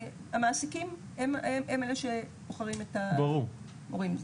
כי המעסיקים הם אלה שבוחרים את המורים.